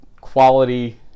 quality